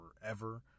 forever